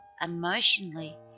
emotionally